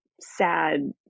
sad